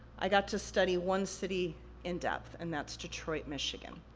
i got to study one city in depth, and that's detroit, michigan.